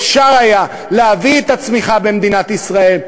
אפשר היה להביא את הצמיחה במדינת ישראל,